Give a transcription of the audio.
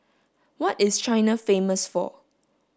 what is China famous for